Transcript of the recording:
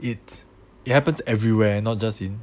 its it happens everywhere not just in